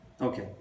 Okay